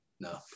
no